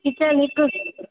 kitchen हिकु